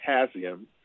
potassium